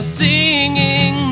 singing